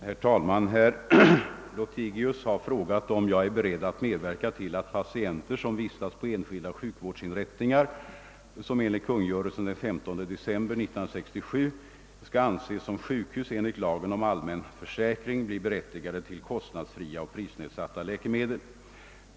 Herr talman! Herr Lothigius har frå gat mig om jag är beredd medverka till att patienter, som vistas på enskilda sjukvårdsinrättningar som enligt kungörelsen den 15 december 1967 skall anses som sjukhus enligt lagen om allmän försäkring, blir berättigade till kostnadsfria och prisnedsatta läkemedel.